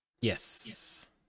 Yes